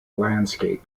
landscape